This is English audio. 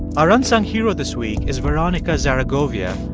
our unsung hero this week is veronica zaragovia,